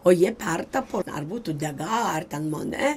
o jie pertapo ar būtų degą ar ten monė